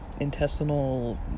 intestinal